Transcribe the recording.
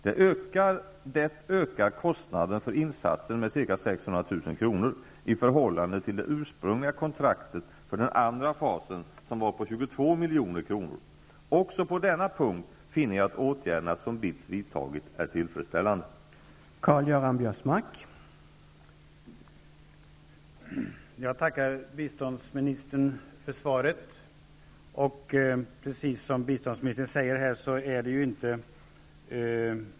Det ökar kostnaden för insatsen med 600 000 kr. i förhållande till det ursprungliga kontraktet för den andra fasen som var på 22 milj.kr. Också på denna punkt finner jag att åtgärderna som BITS vidtagit är tillfredsställande.